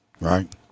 right